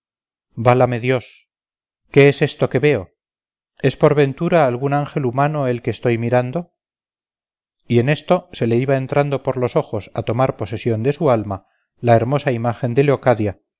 válame dios qué es esto que veo es por ventura algún ángel humano el que estoy mirando y en esto se le iba entrando por los ojos a tomar posesión de su alma la hermosa imagen de leocadia